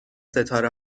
ستاره